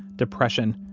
depression,